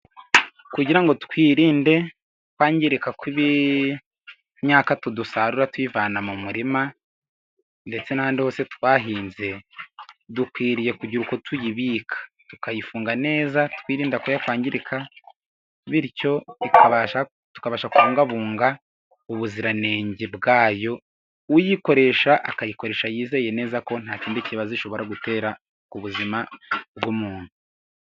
Kugira ngo twirinde kwangirika kw'imyaka dusarura, tuyivana mu murima ndetse n'ahandi hose twahinze, dukwiriye kugira uko tuyibika tukayifunga neza twirinda ko yakwangirika, bityo tukabasha kubungabunga ubuziranenge bwayo, uyikoresha akayikoresha yizeye neza ko nta kindi kibazo ishobora gutera, ku buzima bw'umuntu.